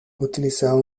utilizaba